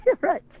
right